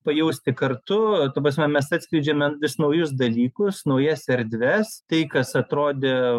pajausti kartu ta prasme mes atskleidžiame vis naujus dalykus naujas erdves tai kas atrodė